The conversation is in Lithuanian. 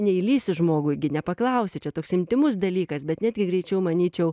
neįlįsi žmogui gi nepaklausi čia toks intymus dalykas bet netgi greičiau manyčiau